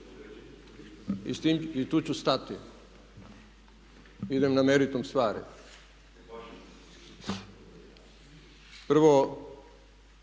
I tu ću stati, idem na meritum stvari. Prvo,